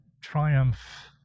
triumph